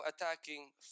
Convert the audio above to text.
attacking